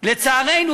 "לצערנו",